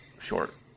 short